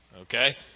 okay